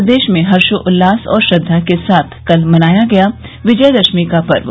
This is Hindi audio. प्रदेश में हर्षोल्लास और श्रद्वा के साथ कल मनाया गया विजयदशमी का पर्व